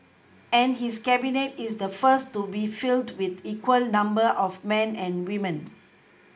and his Cabinet is the first to be filled with equal number of men and women